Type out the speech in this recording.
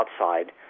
outside